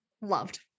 loved